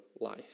life